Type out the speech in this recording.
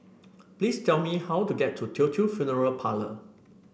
please tell me how to get to Teochew Funeral Parlour